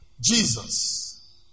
Jesus